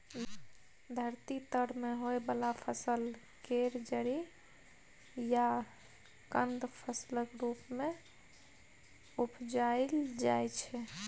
धरती तर में होइ वाला फसल केर जरि या कन्द फसलक रूप मे उपजाइल जाइ छै